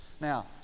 Now